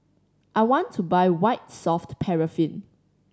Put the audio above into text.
I want to buy White Soft Paraffin